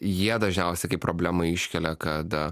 jie dažniausiai kaip problemą iškelia kad